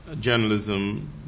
journalism